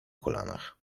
kolanach